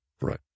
right